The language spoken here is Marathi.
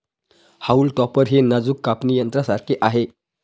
हाऊल टॉपर हे नाजूक कापणी यंत्रासारखे आहे